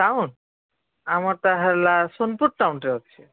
town ଆମର୍ଟା ହେଲା ସୋନପୁର ଟାଉନ୍ରେ ଅଛେ